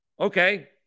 okay